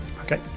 Okay